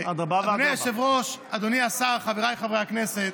אדוני היושב-ראש, אדוני השר, חבריי חברי הכנסת,